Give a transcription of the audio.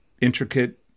intricate